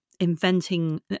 inventing